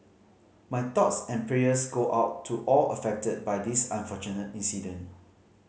my thoughts and prayers go out to all affected by this unfortunate incident